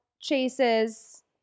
chases